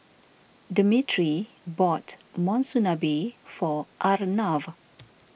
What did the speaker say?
Demetri bought Monsunabe for Arnav